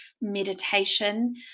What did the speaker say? meditation